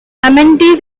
amenities